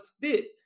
fit